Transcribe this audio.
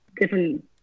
different